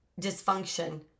dysfunction